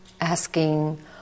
asking